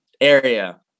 area